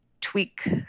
tweak